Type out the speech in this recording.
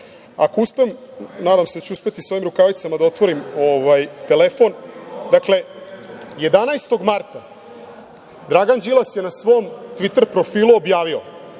akouspem, nadam se da ću uspeti, sa ovim rukavicama da otvorim ovaj telefon. Dakle 11. marta Dragan Đilas je na svom Tviter profilu objavio